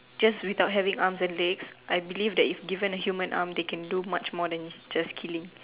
just without having arms and legs I believe that if given a human arm they can do much more than just killing